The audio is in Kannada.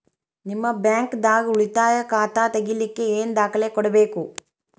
ನಿಮ್ಮ ಬ್ಯಾಂಕ್ ದಾಗ್ ಉಳಿತಾಯ ಖಾತಾ ತೆಗಿಲಿಕ್ಕೆ ಏನ್ ದಾಖಲೆ ಬೇಕು?